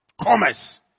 commerce